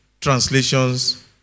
translations